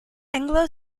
anglo